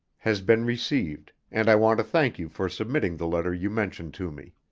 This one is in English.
has been received and i want to thank you for submitting the letter you mentioned to me.